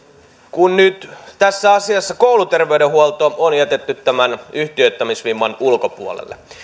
kun nyt tässä asiassa kouluterveydenhuolto on jätetty tämän yhtiöittämisvimman ulkopuolelle